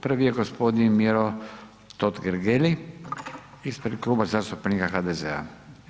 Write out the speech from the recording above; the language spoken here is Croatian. Prvi je gospodin Miro Totgergeli ispred Kluba zastupnika HDZ-a.